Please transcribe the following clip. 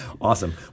Awesome